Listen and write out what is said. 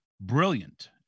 brilliant